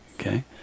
Okay